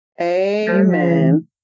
Amen